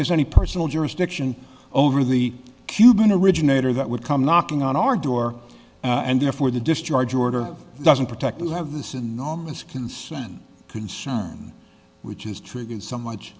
there's any personal jurisdiction over the cuban originator that would come knocking on our door and therefore the discharge order doesn't protect you have this enormous concern concern which is triggered some much